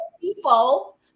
people